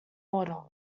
order